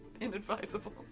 inadvisable